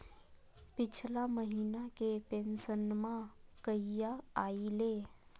पिछला महीना के पेंसनमा कहिया आइले?